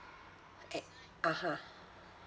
okay (uh huh)